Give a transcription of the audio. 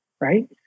right